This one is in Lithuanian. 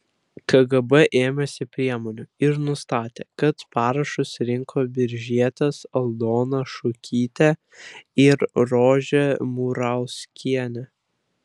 kgb ėmėsi priemonių ir nustatė kad parašus rinko biržietės aldona šukytė ir rožė murauskienė